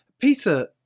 Peter